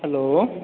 hello